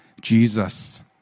Jesus